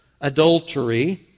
adultery